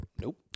nope